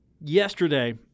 yesterday